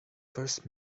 first